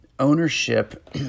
Ownership